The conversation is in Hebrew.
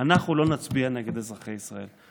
אנחנו לא נצביע נגד אזרחי ישראל,